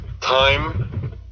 time